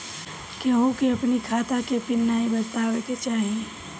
केहू के अपनी खाता के पिन नाइ बतावे के चाही